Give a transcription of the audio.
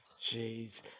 Jeez